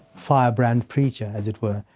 firebrand preacher as it were.